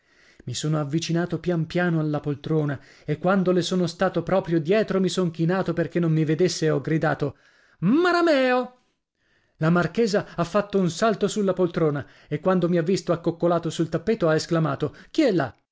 i sono avvicinato piano piano alla poltrona e quando le sono stato proprio dietro mi son chinato perché non mi vedesse e ho gridato maramèo la marchesa ha fatto un salto sulla poltrona e quando mi ha visto accoccolato sul tappeto ha esclamato chi è là